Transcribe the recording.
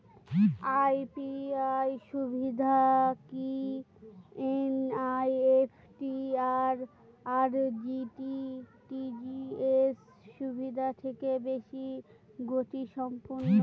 UPI সুবিধা কি NEFT আর আর.টি.জি.এস সুবিধা থেকে বেশি গতিসম্পন্ন?